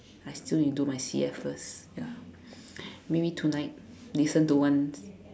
I still need to do my C_F first ya maybe tonight listen to one